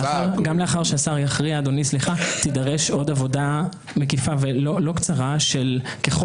גם לאחר שהשר יכריע תידרש עוד עבודה מקיפה ולא קצרה שככל